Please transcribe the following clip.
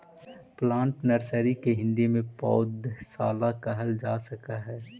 plant nursery के हिंदी में पौधशाला कहल जा सकऽ हइ